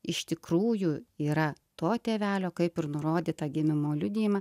iš tikrųjų yra to tėvelio kaip ir nurodyta gimimo liudijime